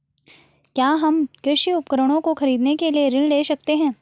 क्या हम कृषि उपकरणों को खरीदने के लिए ऋण ले सकते हैं?